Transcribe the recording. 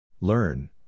Learn